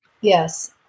Yes